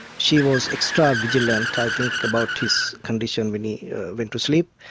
she was extra vigilant i think about his condition when he went to sleep.